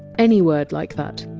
any word like that.